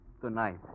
Tonight